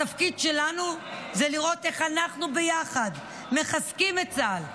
התפקיד שלנו הוא לראות איך אנחנו ביחד מחזקים את צה"ל,